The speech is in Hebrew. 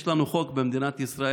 יש לנו חוק במדינת ישראל,